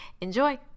Enjoy